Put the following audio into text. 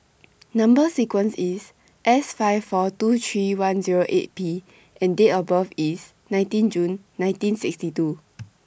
Number sequence IS S five four two three one Zero eight P and Date of birth IS nineteen June nineteen sixty two